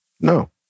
No